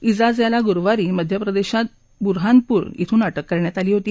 ्ञाज याला गुरूवारी मध्यप्रदेशात बुरहानपूरमधून अटक करण्यात आली होती